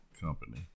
Company